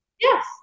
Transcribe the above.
Yes